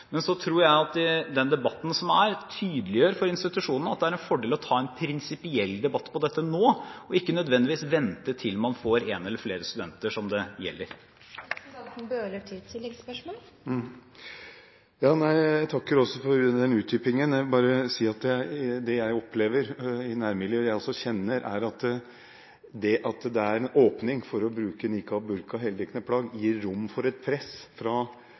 er en fordel å ta en prinsipiell debatt på dette nå, og ikke nødvendigvis vente til det gjelder en eller flere studenter. Jeg takker også for den utdypingen. Jeg vil bare si at det jeg opplever i det nærmiljøet jeg kjenner, er at det at det er en åpning for å bruke heldekkende plagg som niqab og burka, gir rom for et press på jenter fra